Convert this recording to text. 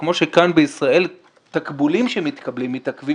וכמו כאן בישראל תקבולים שמתקבלים מתעכבים